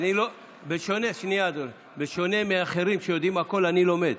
בשונה מאחרים, שיודעים הכול, אני לומד.